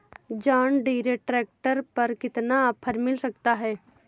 John Deere tractor पर कितना offer मिल सकता है?